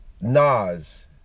Nas